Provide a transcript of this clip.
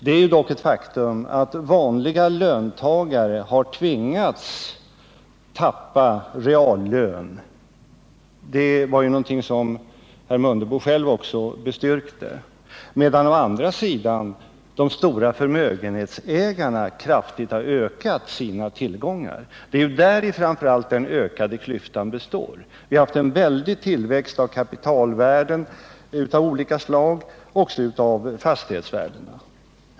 Det är dock ett faktum att vanliga löntagare har tvingats tappa reallön, något som herr Mundebo själv också bestyrkte, medan å andra sidan de stora förmögenhetsägarna kraftigt har ökat sina tillgångar. Det är ju framför allt däri den ökade klyftan består. Det har skett en väldig tillväxt av kapitalvärden av olika slag, även av fastighetsvärdena.